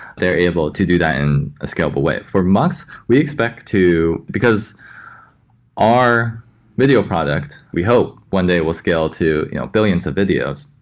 they're able to do that in a scalable way. for mux, we expect to because our video product, we hope one day it will scale to you know billions of videos.